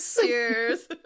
Cheers